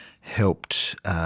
helped